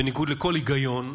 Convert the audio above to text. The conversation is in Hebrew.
בניגוד לכל היגיון.